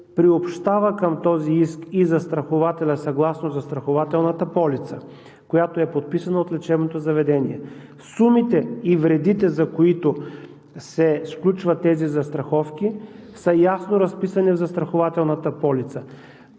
приобщава към този иск и застрахователя съгласно застрахователната полица, която е подписана от лечебното заведение. Сумите и вредите, за които се сключват тези застраховки, са ясно разписани в застрахователната полица.